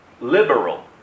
Liberal